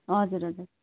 हजुर हजुर